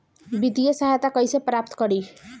वित्तीय सहायता कइसे प्राप्त करी?